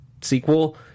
sequel